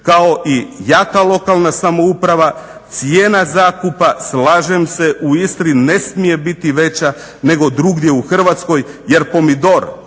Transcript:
kao i jaka lokalna samouprava. Cijena zakupa slažem se u Istri ne smije biti veća nego drugdje u Hrvatskoj jer pomidor